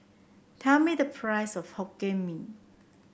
tell me the price of Hokkien Mee